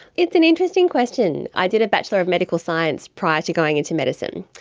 it's an interesting question. i did a bachelor of medical science prior to going into medicine,